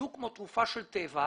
בדיוק כמו תרופה של טבע.